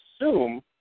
assume